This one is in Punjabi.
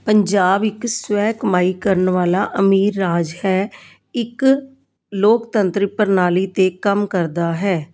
ਪੰਜਾਬ ਇੱਕ ਸਵੈ ਕਮਾਈ ਕਰਨ ਵਾਲਾ ਅਮੀਰ ਰਾਜ ਹੈ ਇੱਕ ਲੋਕਤੰਤਰਿਕ ਪ੍ਰਣਾਲੀ 'ਤੇ ਕੰਮ ਕਰਦਾ ਹੈ